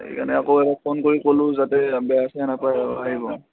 সেইকাৰণে আকৌ ফোন কৰি ক'লোঁ যাতে বেয়া চেয়া